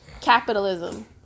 capitalism